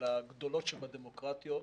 לגדולות שבדמוקרטיות,